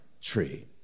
tree